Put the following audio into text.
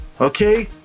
Okay